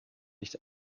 nicht